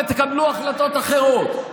ותקבלו החלטות אחרות.